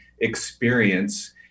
experience